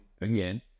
again